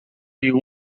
you